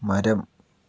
മരം